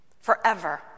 Forever